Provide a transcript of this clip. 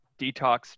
detox